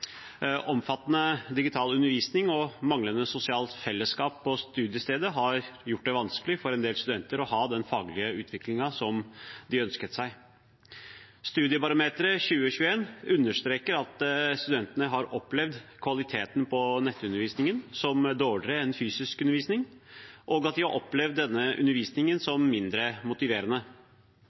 Omfattende digital undervisning og manglende sosialt fellesskap på studiestedet har gjort det vanskelig for en del studenter å ha den faglige utviklingen de ønsket seg. Studiebarometeret 2021 understreker at studentene har opplevd kvaliteten på nettundervisningen som dårligere enn fysisk undervisning, og at de har opplevd denne undervisningen som mindre motiverende.